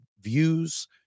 views